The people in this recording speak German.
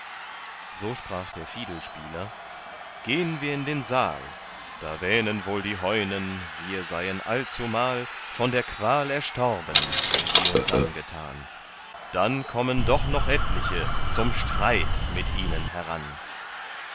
so sprach der fiedelspieler gehn wir in den saal da wähnen wohl die heunen wir seien allzumal von der qual erstorben die sie uns angetan dann kommen doch noch etliche zum streit mit ihnen heran